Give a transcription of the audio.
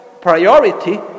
priority